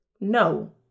No